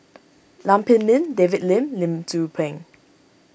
Lam Pin Min David Lim Lim Tzu Pheng